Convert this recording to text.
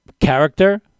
character